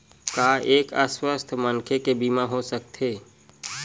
का एक अस्वस्थ मनखे के बीमा हो सकथे?